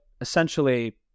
essentially